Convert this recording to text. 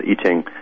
eating